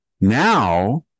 now